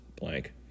blank